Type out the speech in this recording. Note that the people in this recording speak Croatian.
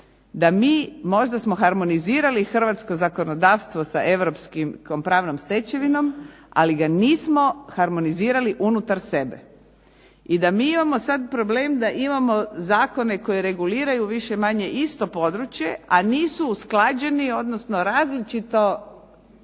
biti možda smo mi harmonizirali hrvatsko zakonodavstvo sa europskom pravnom stečevinom, ali ga nismo harmonizirali unutar sebe. I da mi sada imamo problem da imamo zakone koji reguliraju više manje isto područje, a nisu usklađeni odnosno različite